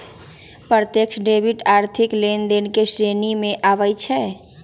प्रत्यक्ष डेबिट आर्थिक लेनदेन के श्रेणी में आबइ छै